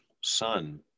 son